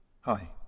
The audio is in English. hi